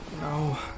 No